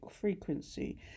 frequency